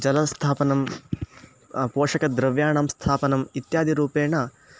जलस्थापनं पोषकद्रव्याणां स्थापनम् इत्यादि रूपेण